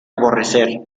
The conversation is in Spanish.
aborrecer